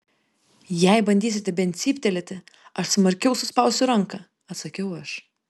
jei bandysite bent cyptelėti aš smarkiau suspausiu ranką atsakiau aš